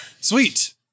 Sweet